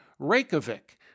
Reykjavik